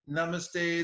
Namaste